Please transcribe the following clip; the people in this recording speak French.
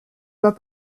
vas